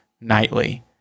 nightly